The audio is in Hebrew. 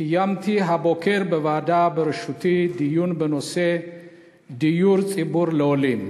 קיימתי הבוקר בוועדה דיון בראשותי בנושא דיור ציבורי לעולים.